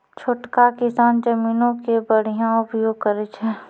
छोटका किसान जमीनो के बढ़िया उपयोग करै छै